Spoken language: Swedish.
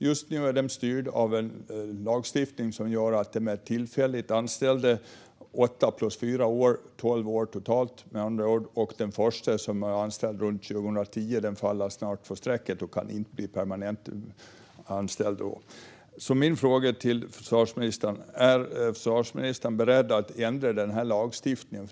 Just nu är de styrda av en lagstiftning som gör att de är tillfälligt anställda åtta plus fyra år, alltså tolv år totalt. Den första som anställdes runt 2010 faller snart för strecket och kan inte bli permanent anställd då. Min fråga till försvarsministern är: Är försvarsministern beredd att ändra denna lagstiftning?